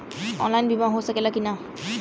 Online बीमा हो सकेला की ना?